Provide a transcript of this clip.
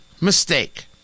mistake